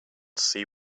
see